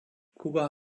kuba